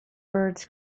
birds